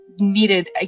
needed